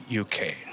UK